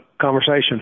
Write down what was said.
conversation